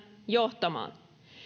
johtamaan